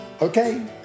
Okay